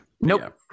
Nope